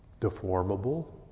deformable